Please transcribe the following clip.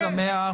אני שמח.